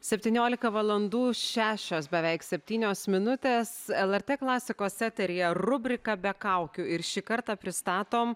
septyniolika valandų šešios beveik septynios minutės lrt klasikos eteryje rubrika be kaukių ir šį kartą pristatom